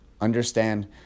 Understand